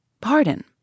Pardon